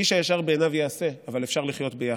איש הישר בעיניו יעשה, אבל אפשר לחיות ביחד.